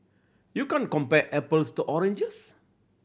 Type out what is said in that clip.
you can't compare apples to oranges